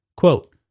Quote